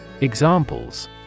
Examples